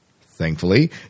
thankfully